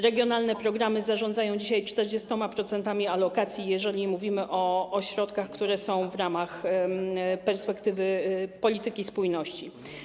Regionalne programy zarządzają dzisiaj 40% alokacji, jeżeli mówimy o środkach, które są w ramach perspektywy polityki spójności.